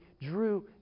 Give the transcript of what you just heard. drew